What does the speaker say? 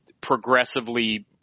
progressively